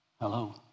Hello